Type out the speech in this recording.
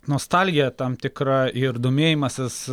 nostalgija tam tikra ir domėjimasis